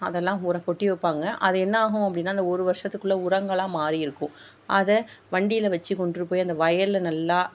அதெல்லாம் உர கொட்டி வைப்பாங்க அது என்ன ஆகும் அப்படின்னா அந்த ஒரு வருஷத்துக்குள்ள உரங்களாக மாறி இருக்கும் அதை வண்டியில் வெச்சு கொண்டுட்ரு போய் அந்த வயலில் நல்லா